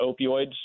Opioids